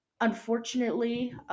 unfortunately